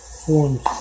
forms